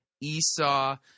Esau